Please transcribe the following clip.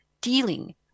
dealing